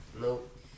Nope